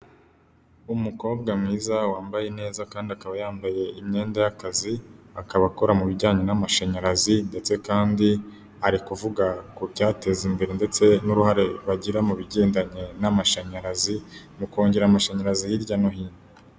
Umukobwa mwiza wambaye neza kandi akaba yambaye imyenda y'akazi, akaba akora mu bijyanye n'amashanyarazi ndetse kandi arikuvuga ku byateza imbere ndetse n'uruhare bagira mu bigendanye n'amashanyarazi mu kongera amashanyarazi hirya no hino.